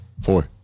four